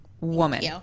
woman